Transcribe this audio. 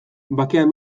bakean